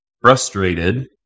frustrated